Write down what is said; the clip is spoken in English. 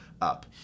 up